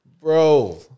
Bro